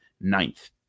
ninth